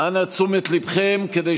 אף פעם לא הכינה את מערכת החינוך ללמוד